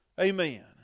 Amen